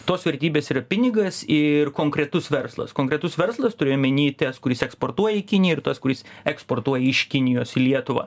tos vertybės yra pinigas ir konkretus verslas konkretus verslas turiu omeny tes kuris eksportuoja į kiniją ir tas kuris eksportuoja iš kinijos į lietuvą